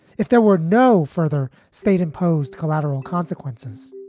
if there were no further state imposed collateral consequences,